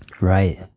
right